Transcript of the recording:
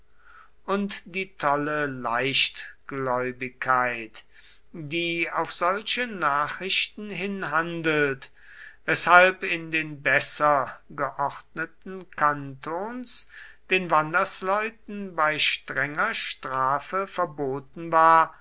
und die tolle leichtgläubigkeit die auf solche nachrichten hin handelt weshalb in den besser geordneten kantons den wandersleuten bei strenger strafe verboten war